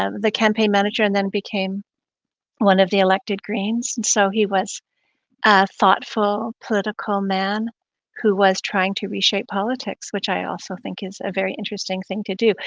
um the campaign manager and then became one of the elected greens. and so he was thoughtful, political man who was trying to reshape politics, which i also think is a very interesting thing to do.